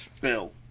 Bill